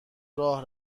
راه